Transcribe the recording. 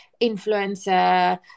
influencer